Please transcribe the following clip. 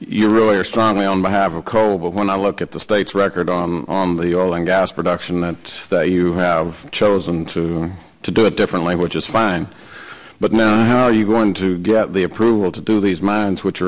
you really are strongly on behalf of coal but when i look at the states record on on the oil and gas production that you have chosen to to do it differently which is fine but now how are you going to get the approval to do these mines which